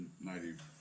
native